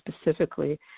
specifically